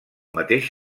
mateix